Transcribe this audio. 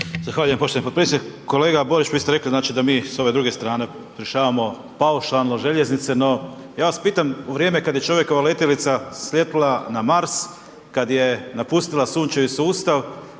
Hvala lijepo potpredsjedniče. Kolega Borić, vi ste rekli, znači da mi s ove druge strane rješavamo paušalno željeznice, no ja sam pitam u vrijeme kad je čovjekova letjelica sletjela na Mars, kad ne napustila Sunčevi sustav,